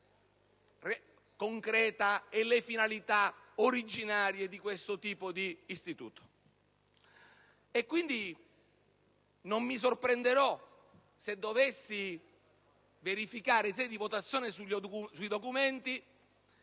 e le finalità originarie di questo tipo di istituto. Non mi sorprenderò se dovessi verificare in sede di votazione sui documenti